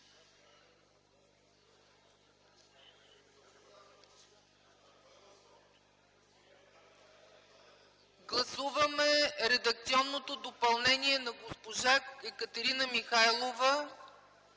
Гласуваме редакционното допълнение на госпожа Екатерина Михайлова